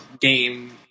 game